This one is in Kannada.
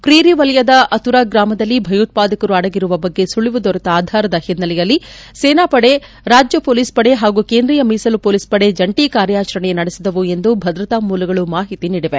ಕ್ರೀರಿ ವಲಯದ ಅತುರಾ ಗ್ರಾಮದಲ್ಲಿ ಭಯೋತ್ವಾದಕರು ಅಡಗಿರುವ ಬಗ್ಗೆ ಸುಳಿವು ದೊರೆತ ಆಧಾರದ ಹಿನ್ನೆಲೆಯಲ್ಲಿ ಸೇನಾಪಡೆ ರಾಜ್ಯ ಪೊಲೀಸ್ ಪಡೆ ಹಾಗೂ ಕೇಂದ್ರೀಯ ಮೀಸಲು ಪೊಲೀಸ್ ಪಡೆ ಜಂಟಿ ಕಾರ್ಯಾಚರಣೆಯನ್ನು ನಡೆಸಿದವು ಎಂದು ಭದ್ರತಾ ಮೂಲಗಳು ಮಾಹಿತಿ ನೀಡಿದೆ